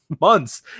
months